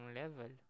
level